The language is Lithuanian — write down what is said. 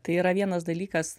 tai yra vienas dalykas